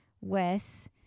Wes